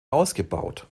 ausgebaut